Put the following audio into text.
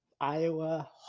iowa